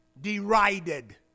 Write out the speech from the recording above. derided